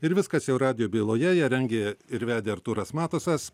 ir viskas jau radijo byloje ją rengė ir vedė artūras matusas